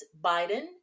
Biden